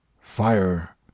fire